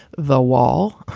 the wall,